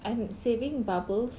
I am saving bubbles